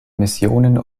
missionen